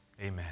amen